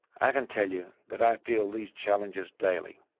i can tell you that i feel these challenges daily.